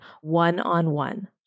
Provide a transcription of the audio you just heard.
one-on-one